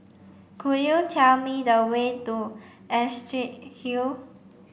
could you tell me the way to Astrid Hill